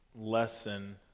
lesson